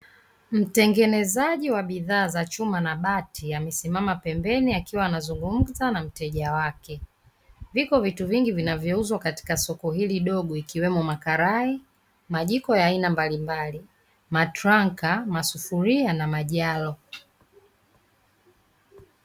Mtengenezaji wa bidhaa za chuma na bati amesimama pembeni akiwa anazungumza na mteja wake. Viko vitu vingi vinavyouzwa kwenye soko hili dogo ikiwemo: makarai, majiko ya aina mbalimbali, matranka, masufuria na majaro.